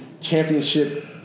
championship